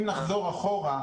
אם נחזור אחורה,